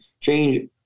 change